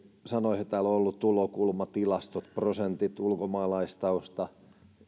sanoihin mitä täällä on ollut tulokulma tilastot prosentit ulkomaalaistausta